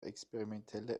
experimentelle